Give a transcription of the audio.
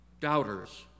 doubters